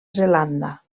zelanda